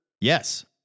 Yes